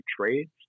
trades